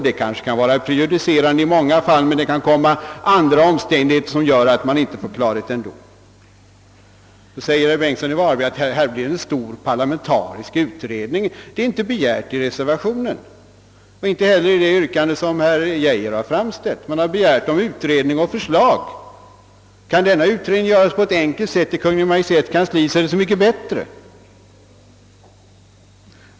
Det kanske kan vara prejudicerande, men det kan också hända att omständigheterna i det fallet är sådana att man ändå inte får någon klarhet. Någon stor parlamentarisk utredning har för övrigt inte begärts i reservationen och inte heller i det yrkande som herr Geijer har framställt. Man har begärt utredning och förslag från Kungl. Maj:t. Kan denna utredning göras enkelt i Kungl. Maj:ts kansli är det så mycket bättre.